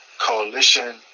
coalition